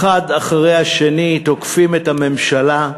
האחד אחרי השני תוקפים את הממשלה,